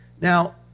now